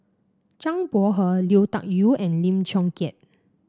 Zhang Bohe Lui Tuck Yew and Lim Chong Keat